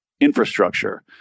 infrastructure